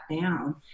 down